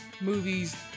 movies